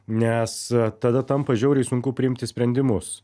nes tada tampa žiauriai sunku priimti sprendimus